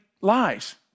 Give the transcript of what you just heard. lies